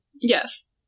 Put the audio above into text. Yes